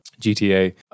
GTA